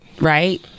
right